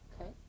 Okay